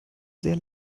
sehr